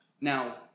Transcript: Now